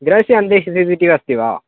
गृहस्य अन्तः C C V T अस्ति वा